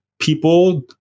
people